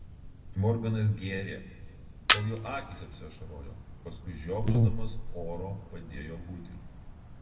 morganas gėrė kol jo akys apsiašarojo paskui žiopčiodamas oro padėjo butelį